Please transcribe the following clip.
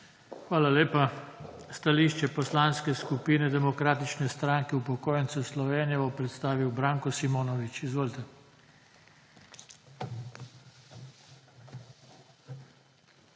Hvala lepa. Stališče Poslanske skupine Demokratične stranke upokojencev Slovenije bo predstavil Branko Simonovič. Izvolite.